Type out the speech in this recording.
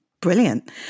Brilliant